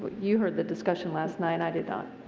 you heard the discussion last night. i did not.